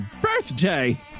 birthday